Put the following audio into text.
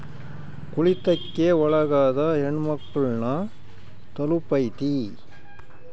ತುಳಿತಕ್ಕೆ ಒಳಗಾದ ಹೆಣ್ಮಕ್ಳು ನ ತಲುಪೈತಿ